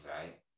right